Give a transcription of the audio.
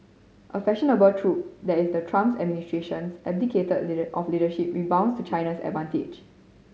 a fashionable trope that is the Trump's administration's abdicate of leadership rebounds to China's advantage